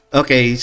okay